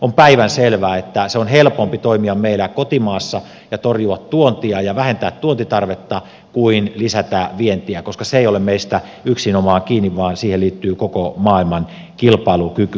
on päivänselvää että on helpompi toimia meillä kotimaassa ja torjua tuontia ja vähentää tuontitarvetta kuin lisätä vientiä koska se ei ole yksinomaan meistä kiinni vaan siihen liittyy koko maailman kilpailukyky